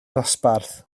dosbarth